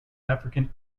african